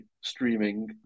streaming